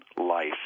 life